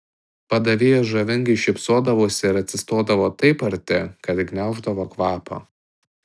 padavėjos žavingai šypsodavosi ir atsistodavo taip arti kad gniauždavo kvapą